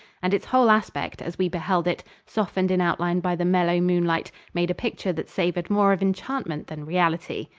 and its whole aspect, as we beheld it softened in outline by the mellow moonlight made a picture that savored more of enchantment than reality.